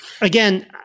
again